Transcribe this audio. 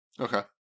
okay